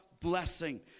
blessing